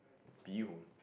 bee-hoon